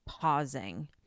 pausing